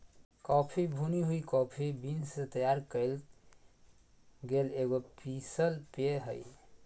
coffee भुनी हुई coffee beans से तैयार कइल गेल एगो पीसल पेय हइ